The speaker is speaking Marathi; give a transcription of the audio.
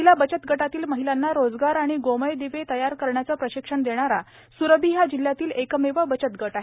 महिला बचत गटातील महिलांना रोजगार आणि गोमय दीवे तयार करण्याचे प्रशिक्षण देणारा स्रभी हा जिल्ह्यातील एकमेव बचत गट आहे